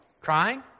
Crying